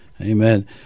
Amen